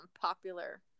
popular